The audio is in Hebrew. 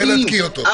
תנתקי אותו.